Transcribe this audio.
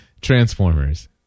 Transformers